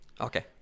Okay